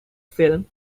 film